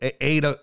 eight